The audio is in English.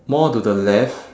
more to the left